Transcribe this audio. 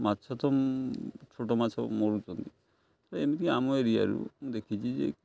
ମାଛ ତ ମ ଛୋଟ ମାଛ ସବୁ ମରୁଛନ୍ତି ତ ଏମିତିକି ଆମ ଏରିଆରୁ ମୁଁ ଦେଖିଛି ଯେ